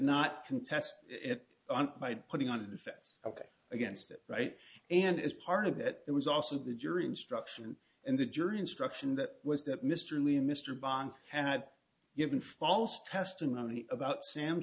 contest it by putting on a defense ok against it right and as part of it it was also the jury instruction and the jury instruction that was that mr lee and mr bond had given false testimony about sam